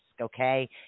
Okay